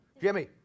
Jimmy